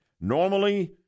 Normally